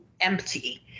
empty